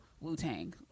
Wu-Tang